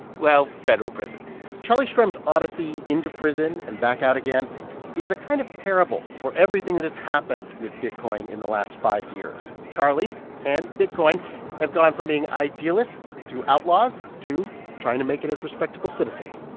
well, federal prison charlie shrem's odyssey into prison and back out again is a kind of parable for everything that has happened with bitcoin in the last five years. charlie and bitcoin bitcoin have gone from being idealists to outlaws to trying to make it as respectable citizens